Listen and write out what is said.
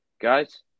guys